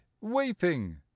weeping